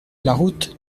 route